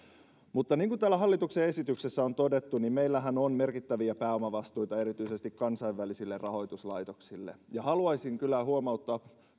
niin kuin täällä hallituksen esityksessä on todettu meillähän on merkittäviä pääomavastuita erityisesti kansainvälisille rahoituslaitoksille ja haluaisin kyllä huomauttaa